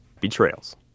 Betrayals